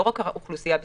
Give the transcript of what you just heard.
לא רק האוכלוסייה בסיכון,